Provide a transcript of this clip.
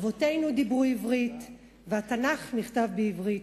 אבותינו דיברו עברית והתנ"ך נכתב בעברית.